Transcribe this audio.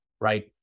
right